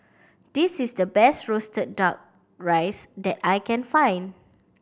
this is the best roasted Duck Rice that I can find